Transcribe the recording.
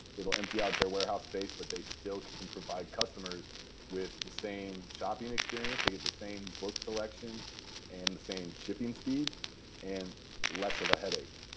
it will empty out their warehouse space but they still can provide customers with the same shopping experience. they get the same book selection and the same shipping speeds and less of a headache.